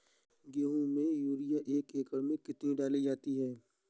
गेहूँ में यूरिया एक एकड़ में कितनी डाली जाती है?